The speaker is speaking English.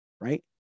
right